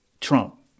Trump